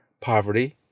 poverty